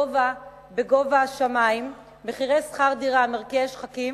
בגובה השמים ומחירי שכר דירה מרקיעי שחקים,